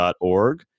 org